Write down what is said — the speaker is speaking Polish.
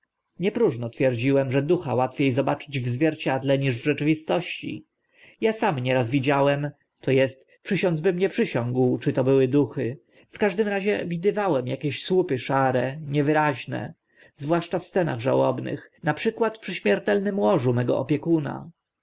nie próżno twierdziłem że ducha łatwie zobaczyć w zwierciedle niż w rzeczywistości ja sam duch nieraz widziałem to est przysiąc bym nie mógł czy to były duchy w każdym razie widywałem akieś słupy szare niewyraźne zwłaszcza w scenach żałobnych ak na przykład przy śmiertelnym łożu mego opiekuna